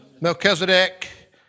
Melchizedek